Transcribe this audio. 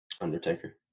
Undertaker